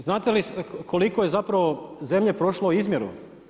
Znate li koliko je zapravo zemlje prošlo izmjeru?